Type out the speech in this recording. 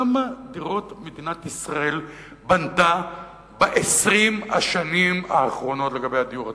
כמה דירות בנתה מדינת ישראל ב-20 השנים האחרונות בדיור הציבורי?